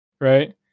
Right